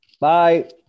Bye